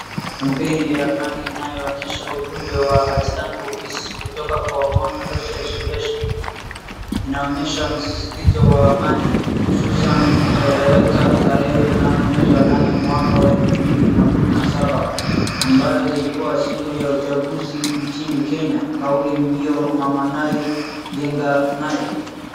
Kampeni ya amani inaonyesha ujumbe wa I STAND FOR PEACE kutoka kwa Hon R achel Shebesh . Inaonyesha msisitizo wa amani hususan ,kueleweka tarehe naye mwezi wa nane mwaka wa elfu mbili kumi na saba ambayo ilikuwa siku ya uchanguzi nchi Kenya kauli mbio MAMA NAI JENGA NAI.